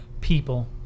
people